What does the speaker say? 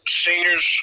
seniors